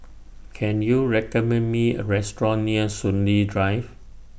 Can YOU recommend Me A Restaurant near Soon Lee Drive